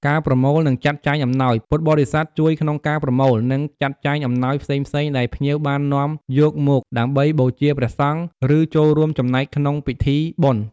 ការណែនាំពីប្រពៃណីវប្បធម៌ ចំពោះភ្ញៀវបរទេស ពួកគាត់អាចជួយណែនាំពីទំនៀមទម្លាប់ និងប្រពៃណីវប្បធម៌ខ្មែរទាក់ទងនឹងព្រះពុទ្ធសាសនា។